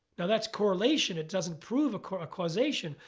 now that's correlation. it doesn't prove a causation.